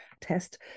test